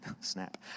Snap